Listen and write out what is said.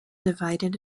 divided